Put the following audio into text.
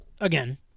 again